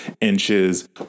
inches